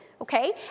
okay